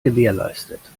gewährleistet